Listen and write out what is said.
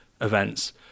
events